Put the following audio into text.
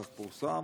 כך פורסם,